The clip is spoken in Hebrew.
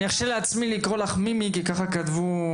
ארשה לעצמי לקרוא לך מימי כי ככה כתבו,